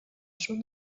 sud